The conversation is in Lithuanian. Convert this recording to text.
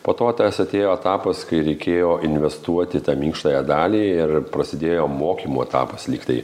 po to tas atėjo etapas kai reikėjo investuoti tą minkštąją dalį ir prasidėjo mokymų etapas lyg tai